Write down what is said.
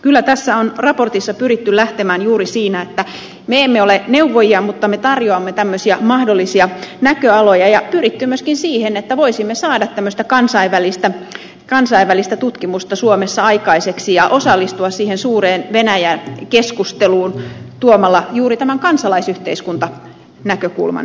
kyllä tässä raportissa on pyritty lähtemään juuri siitä että me emme ole neuvojia mutta me tarjoamme tämmöisiä mahdollisia näköaloja ja pyritty myöskin siihen että voisimme saada tämmöistä kansainvälistä tutkimusta suomessa aikaiseksi ja osallistua siihen suureen venäjä keskusteluun tuomalla juuri tämän kansalaisyhteiskuntanäkökulman esille